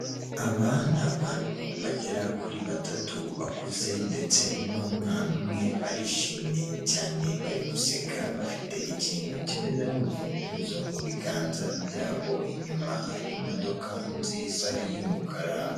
Aba ni abantu bagera kuri batatu bakuze ndetse n'umwana umwe barishimye cyane bari guseka bafite ikintu kimeze nk'urufunguzo mu biganza byabo, inyuma hari imodoka nziza y'umukara.